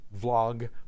vlog